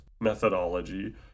methodology